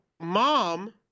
mom